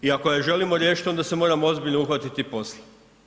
I ako je želimo riješiti onda se moramo ozbiljno uhvatiti posla.